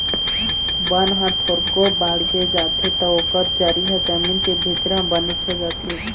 बन ह थोरको बाड़गे जाथे त ओकर जरी ह जमीन के भीतरी म बनेच हो जाथे